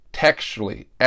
Textually